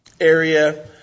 area